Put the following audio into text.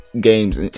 games